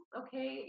okay